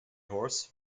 horse